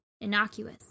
innocuous